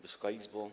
Wysoka Izbo!